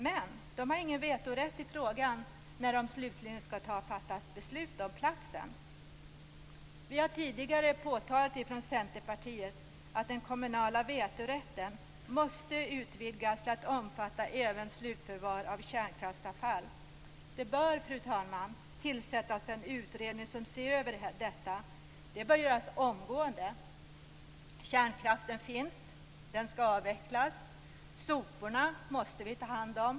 Men man har ingen vetorätt i frågan när det slutligen skall beslutas om platsen. Vi har tidigare påtalat från Centerpartiet att den kommunala vetorätten måste utvidgas till att omfatta även slutförvar av kärnkraftsavfall. Det bör, fru talman, tillsättas en utredning som ser över detta. Det bör göras omgående. Kärnkraften finns, den skall avvecklas och soporna måste vi ta hand om.